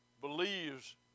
believes